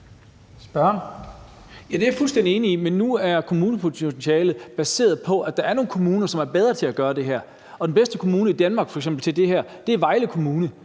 det er jeg fuldstændig enig i. Men nu er kommunepotentialet baseret på, at der er nogle kommuner, som bedre til at gøre det her. Den bedste kommune i Danmark til det her f.eks. er Vejle Kommune.